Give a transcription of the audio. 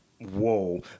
whoa